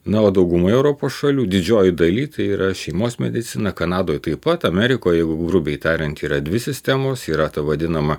na o daugumoje europos šalių didžiojoj daly tai yra šeimos medicina kanadoj taip pat amerikoj jeigu grubiai tariant yra dvi sistemos yra ta vadinama